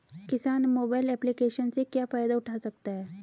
किसान mobile application से क्या फायदा उठा सकता है?